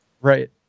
right